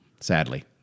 Sadly